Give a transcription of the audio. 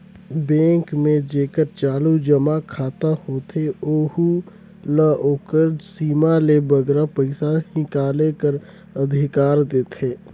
bank में जेकर चालू जमा खाता होथे ओहू ल ओकर सीमा ले बगरा पइसा हिंकाले कर अधिकार देथे